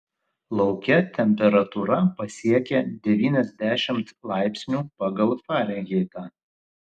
lauke temperatūra pasiekė devyniasdešimt laipsnių pagal farenheitą